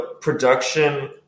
production